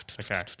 Okay